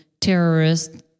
terrorists